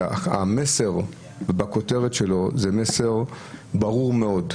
שהמסר בכותרת שלו זה מסר ברור מאוד.